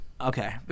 okay